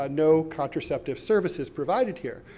ah no contraceptive services provided here.